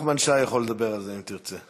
נחמן שי יכול לדבר על זה, אם תרצה.